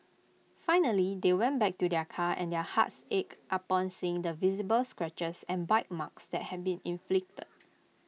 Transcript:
finally they went back to their car and their hearts ached upon seeing the visible scratches and bite marks that had been inflicted